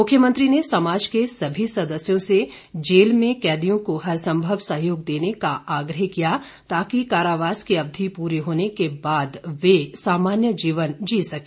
मुख्यमंत्री ने समाज के सभी सदस्यों से जेल में कैदियों को हरसंभव सहयोग देने का आग्रह किया ताकि कारावास की अवधि पूरी होने के बाद वे सामान्य जीवन जी सके